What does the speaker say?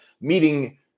meeting